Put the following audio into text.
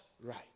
right